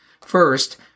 First